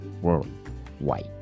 worldwide